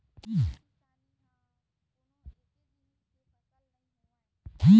खेती किसानी ह कोनो एके जिनिस के फसल नइ होवय